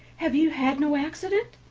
have you had no accident?